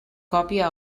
còpia